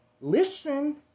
listen